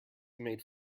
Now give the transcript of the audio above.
made